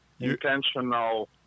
Intentional